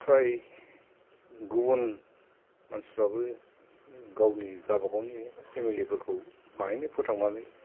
फ्राय गुबुन मानसिफ्राबो गावनि गाबागावनि फेमिलिफोरखौ बाहायनो फोथांनानै